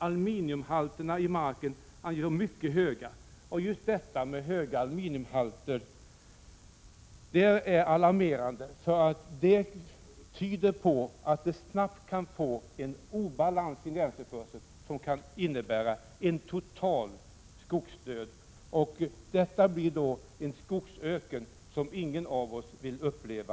Aluminiumhalterna i marken anges vara mycket höga. Höga aluminiumhalter är alarmerande, då de tyder på att det snabbt kan bli en obalans i näringstillförseln som kan leda till en total skogsdöd. Det blir då i Stockholms närregion en skogsöken som ingen av oss vill uppleva.